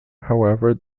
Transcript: however